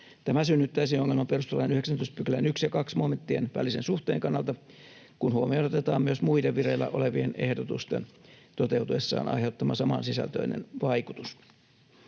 Tämä synnyttäisi ongelman perustuslain 19 §:n 1 ja 2 momenttien välisen suhteen kannalta, kun huomioon otetaan myös muiden vireillä olevien ehdotusten toteutuessaan aiheuttama samansisältöinen vaikutus.”